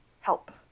help